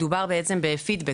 מדובר בעצם בפידבק,